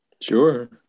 Sure